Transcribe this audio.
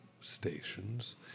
stations